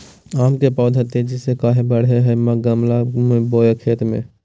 आम के पौधा तेजी से कहा बढ़य हैय गमला बोया खेत मे?